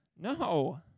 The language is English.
No